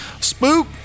Spook